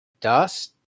dust